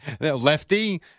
lefty